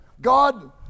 God